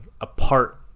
apart